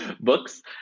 books